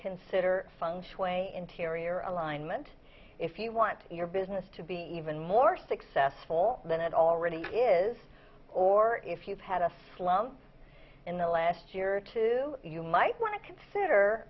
functionally interior alignment if you want your business to be even more successful than it already is or if you've had a slump in the last year or two you might want to consider